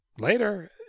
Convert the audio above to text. later